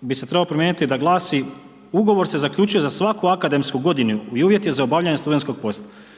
bi se trebao promijeniti da glasi: „Ugovor se zaključuje za svaku akademsku godinu i uvjet je za obavljanje studentskog posla“.